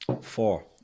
Four